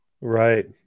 Right